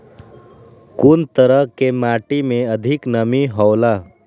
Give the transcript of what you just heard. कुन तरह के माटी में अधिक नमी हौला?